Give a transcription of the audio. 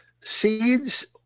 seeds